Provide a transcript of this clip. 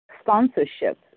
sponsorship